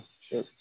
sure